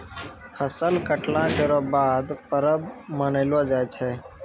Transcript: फसल कटला केरो बाद परब मनैलो जाय छै